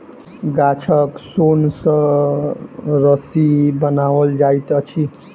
गाछक सोन सॅ रस्सी बनाओल जाइत अछि